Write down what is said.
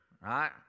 Right